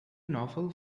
novel